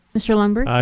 mr. lundberg. aye.